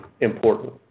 important